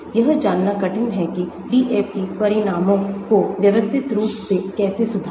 यह जानना कठिन है कि DFT परिणामों को व्यवस्थित रूप से कैसे सुधारें